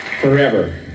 forever